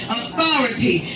authority